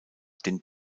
den